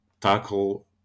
tackle